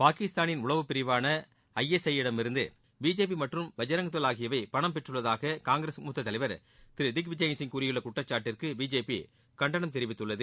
பாகிஸ்தானின் உளவு பிரிவான ஐ எஸ் ஐ யிடம் இருந்து பிஜேபி மற்றும் பஜ்ரங்தள் ஆகியவை பணம் பெற்றுள்ளதாக காங்கிரஸ் மூத்த தலைவர் திரு திக்விஜய்சிய் கூறியுள்ள குற்றச்சாட்டிற்கு பிஜேபி கண்டனம் தெரிவித்துள்ளது